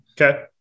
Okay